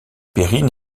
perrine